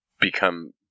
become